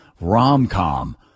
rom-com